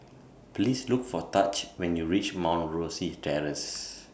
Please Look For Taj when YOU REACH Mount Rosie Terrace